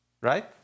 right